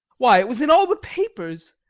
why, it was in all the papers.